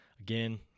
Again